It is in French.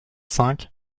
cinq